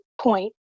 point